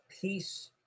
peace